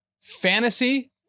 Fantasy